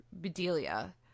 Bedelia